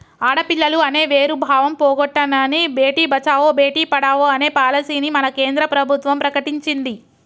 ఆడపిల్లలు అనే వేరు భావం పోగొట్టనని భేటీ బచావో బేటి పడావో అనే పాలసీని మన కేంద్ర ప్రభుత్వం ప్రకటించింది